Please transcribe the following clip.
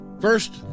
First